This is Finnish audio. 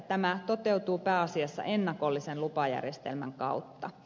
tämä toteutuu pääasiassa ennakollisen lupajärjestelmän kautta